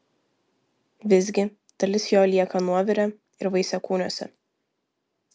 visgi dalis jo lieka nuovire ir vaisiakūniuose